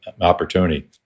opportunity